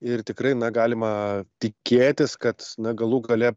ir tikrai na galima tikėtis kad na galų gale